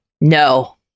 no